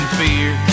fear